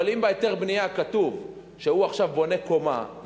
אבל אם בהיתר הבנייה כתוב שהוא עכשיו בונה קומה,